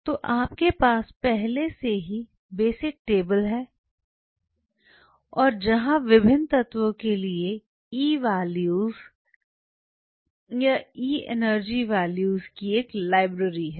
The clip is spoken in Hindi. तो आपके पास पहले से ही बेसिक टेबल है जहां विभिन्न तत्वों के लिए ई वैल्यूज एनर्जी वैल्यूज की एक लाइब्रेरी है